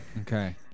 Okay